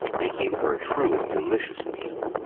making for a truly delicious meal.